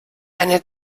eine